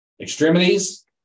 Extremities